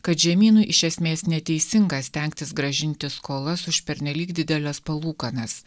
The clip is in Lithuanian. kad žemynui iš esmės neteisinga stengtis grąžinti skolas už pernelyg dideles palūkanas